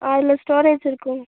அதில் ஸ்டோரேஜ் இருக்கும்